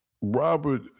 Robert